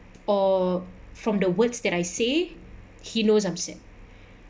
or from the words that I say he knows I'm sad